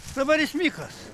dabar jis mikas